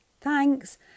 Thanks